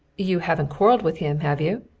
you haven't quarreled with him, have you?